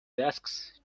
desks